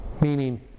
meaning